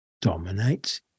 dominates